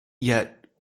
yet